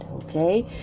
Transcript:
Okay